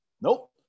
nope